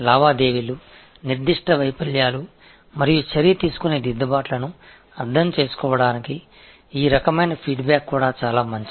பரிவர்த்தனைகள் குறிப்பிட்ட தோல்விகள் மற்றும் செயல்படக்கூடிய திருத்தங்களைப் புரிந்துகொள்ள இந்த வகையான பின்னூட்டம் மிகவும் நல்லது